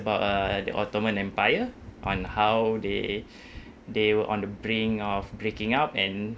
about uh the ottoman empire on how they they were on the brink of breaking up and